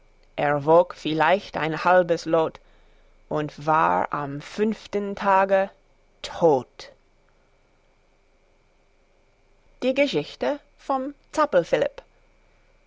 er wog vielleicht ein halbes lot und war am fünften tage tot die geschichte vom